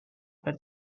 per